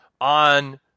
on